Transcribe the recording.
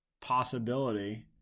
possibility